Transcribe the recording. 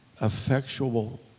effectual